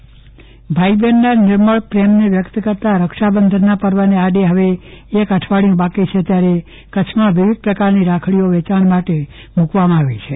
ચંદ્રવદન પટ્ટણી રાખડીનું વેંચાણ ભાઈ બહેનના નિર્મળ પ્રેમને વ્યક્ત કરતા રક્ષાબંધનના પર્વને આડે હવે એક અઠવાડયું બાકી છે ત્યારે કચ્છમાં વિવિધ પ્રકારની રાખડીઓ વેચાણ માટે મુકવામાં આવી છે